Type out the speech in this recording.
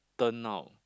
turn out